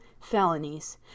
felonies